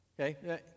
Okay